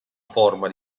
forma